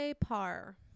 Par